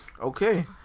Okay